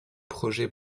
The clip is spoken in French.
projets